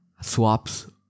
swaps